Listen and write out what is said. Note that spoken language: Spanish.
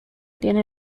tiene